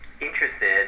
interested